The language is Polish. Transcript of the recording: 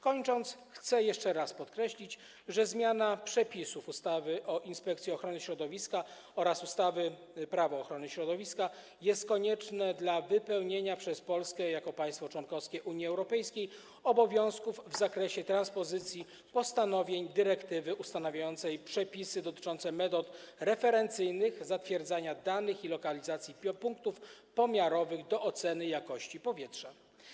Kończąc, chcę jeszcze raz podkreślić, że zmiana przepisów ustawy o Inspekcji Ochrony Środowiska oraz ustawy Prawo ochrony środowiska jest konieczna do wypełnienia przez Polskę jako państwo członkowskie Unii Europejskiej obowiązków w zakresie transpozycji postanowień dyrektywy ustanawiającej przepisy dotyczące metod referencyjnych, zatwierdzania danych i lokalizacji punktów pomiarowych do oceny jakości powietrza.